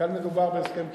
כאן מדובר בהסכם קיבוצי.